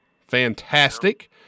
fantastic